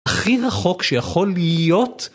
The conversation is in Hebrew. הכי רחוק שיכול להיות